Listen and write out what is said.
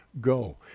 go